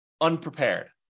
unprepared